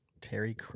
Terry